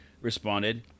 responded